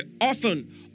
often